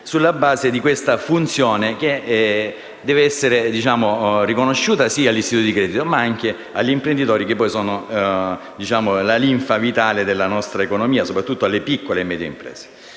sulla base di questa funzione, che deve essere riconosciuta sì agli istituti di credito, ma anche agli imprenditori, che sono la linfa vitale della nostra economia, e soprattutto alle piccole e medie imprese.